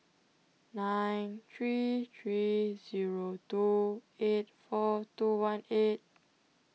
nine three three zero two eight four two one eight